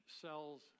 cell's